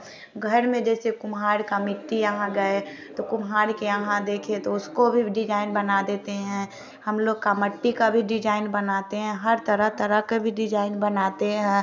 घर में जैसे कुम्हार का मिट्टी यहाँ गए तो कुम्हार के यहाँ देखे तो उसको भी डिजाईन बना देते हैं हम लोग का मट्टी का भी डिजाईन बनाते हैं हर तरह तरह का भी डिजाईन बनाते हैं